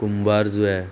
कुंबार जुंया